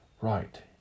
Right